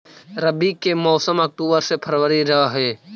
रब्बी के मौसम अक्टूबर से फ़रवरी रह हे